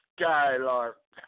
Skylark